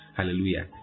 Hallelujah